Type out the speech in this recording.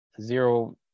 Zero